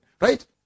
Right